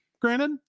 granted